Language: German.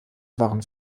waren